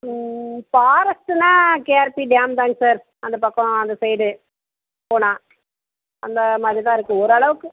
ஃபாரஸ்ட்டுனா KRP dam தாங்க sir அந்த பக்கம் அந்த சைடு போனால் அந்த மாதிரி தான் இருக்கும் ஓரளவுக்கு